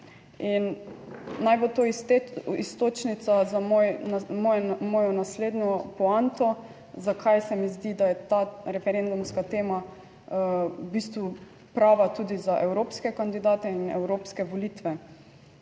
in naj bo to iztočnica za mojo naslednjo poanto, zakaj se mi zdi, da je ta referendumska tema v bistvu prava tudi za evropske kandidate in evropske volitve.